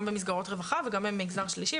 גם במסגרות רווחה וגם ממגזר שלישי,